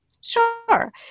Sure